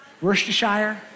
Worcestershire